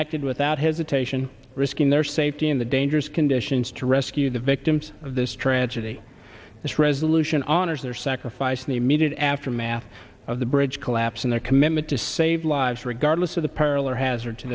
acted without hesitation risking their safety in the dangerous conditions to rescue the victims of this tragedy this resolution honors their sacrifice in the immediate aftermath of the bridge collapse and their commitment to save lives regardless of the